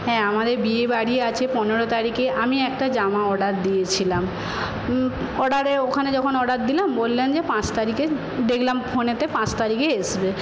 হ্যাঁ আমাদের বিয়ে বাড়ি আছে পনেরো তারিখে আমি একটা জামা অর্ডার দিয়েছিলাম অর্ডারে ওখানে যখন অর্ডার দিলাম বললেন যে পাঁচ তারিখে দেখলাম ফোনেতে পাঁচ তারিখে আসবে